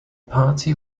party